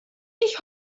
ich